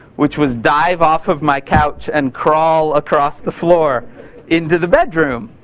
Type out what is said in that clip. which was dive off of my couch and crawl across the floor into the bedroom.